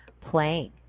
playing